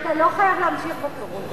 אתה לא חייב להמשיך בפירוט.